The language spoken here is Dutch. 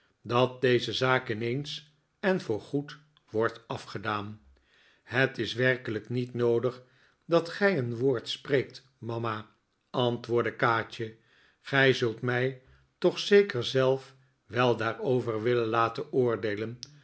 dat deze zaak ineens en voor goed wordt af gedaan het is werkelijk niet noodig dat gij een woord spreekt mama antwoordde kaatje gij zult mij toch zeker zelf wel daarover willen laten oordeelen